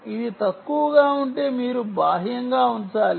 ఇది తక్కువగా ఉంటే మీరు బాహ్యంగా ఉంచాలి